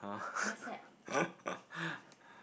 !huh!